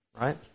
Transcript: right